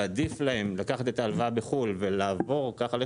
ועדיף להן לקחת את ההלוואה בחו"ל ולעבור ככה לחו"ל,